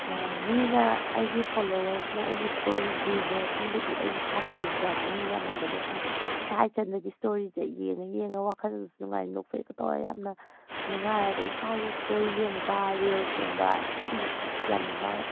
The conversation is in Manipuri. ꯃꯤꯅ ꯑꯩꯒꯤ ꯐꯣꯂꯣꯋꯔꯁꯅ ꯑꯩꯒꯤ ꯏꯁꯇꯣꯔꯤ ꯌꯦꯡꯕ ꯃꯁꯤꯡꯕꯨꯗꯤ ꯑꯩ ꯏꯁꯥꯅ ꯌꯦꯡꯖꯕꯅ ꯍꯦꯟꯅ ꯌꯥꯝꯃꯝꯒꯅꯦꯕ ꯏꯁꯥ ꯏꯊꯟꯇꯒꯤ ꯏꯁꯇꯣꯔꯤꯁꯦ ꯌꯦꯡꯉ ꯌꯦꯡꯉꯒ ꯋꯥꯈꯜ ꯅꯨꯡꯉꯥꯏ ꯅꯣꯛꯐꯦꯠꯀ ꯇꯧꯔ ꯌꯥꯝꯅ ꯅꯨꯡꯉꯥꯏꯑꯕ ꯏꯁꯥꯒꯤ ꯏꯁꯇꯣꯔꯤ ꯌꯦꯡꯕ ꯔꯤꯜꯁ ꯌꯦꯡꯕ ꯁꯤ ꯌꯥꯝ ꯅꯨꯡꯉꯥꯏ